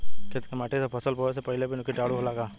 खेत के माटी मे फसल बोवे से पहिले भी किटाणु होला का?